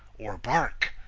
or bark,